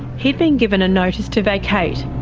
he'd been given a notice to vacate.